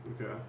Okay